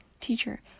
Teacher